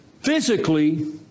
physically